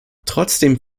trotzdem